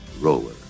Roller